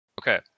Okay